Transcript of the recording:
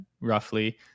roughly